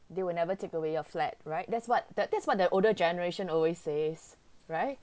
they will never take away your flat right that's what that's what the older generation always says right